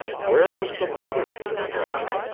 where was the motive for the crime?